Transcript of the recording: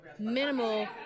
minimal